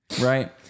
Right